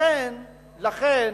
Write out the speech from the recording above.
לכן,